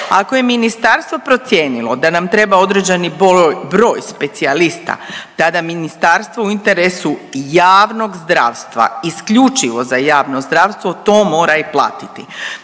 Ako je ministarstvo procijenilo da nam treba određeni broj specijalista, tada ministarstvo u interesu javnog zdravstva, isključivo za javno zdravstvo to mora i platiti.